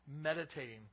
meditating